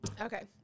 Okay